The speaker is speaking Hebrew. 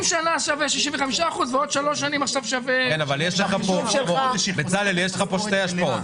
בצלאל, יש לך כאן שתי השפעות.